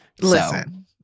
Listen